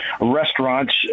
restaurants